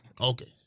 Okay